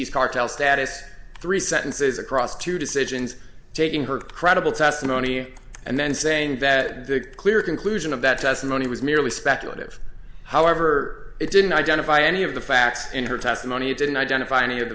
s cartel status three sentences across two decisions taking her credible testimony and then saying that the clear conclusion of that testimony was merely speculative however it didn't identify any of the facts in her testimony it didn't identify any of